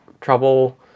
trouble